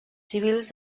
civils